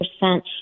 percent